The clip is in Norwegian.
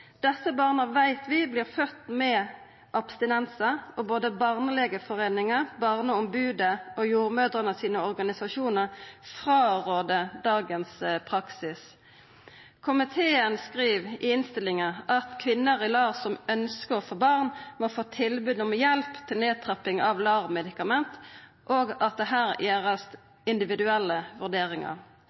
Desse barna veit vi vert fødde med abstinensar, og både Norsk barnelegeforening, Barneombodet og jordmødrene sine organisasjonar åtvarar mot dagens praksis. Komiteen skriv i innstillinga: «Kvinner i LAR som ønsker å få barn, må få tilbud om hjelp til nedtrapping av LAR-medikamenter.» Komiteen skriv også at her må det gjerast individuelle vurderingar.